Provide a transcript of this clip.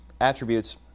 attributes